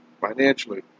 financially